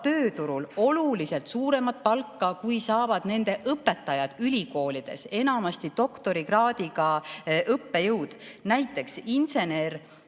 tööturul oluliselt suuremat palka, kui saavad nende õpetajad ülikoolides, enamasti doktorikraadiga õppejõud. Näiteks inseneride